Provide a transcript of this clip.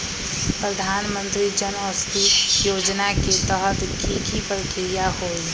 प्रधानमंत्री जन औषधि योजना के तहत की की प्रक्रिया होई?